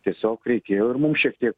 tiesiog reikėjo ir mum šiek tiek